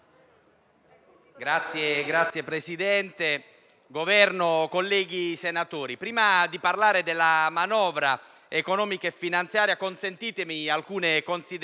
rappresentanti del Governo, colleghi senatori, prima di parlare della manovra economica e finanziaria consentitemi alcune considerazioni